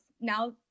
Now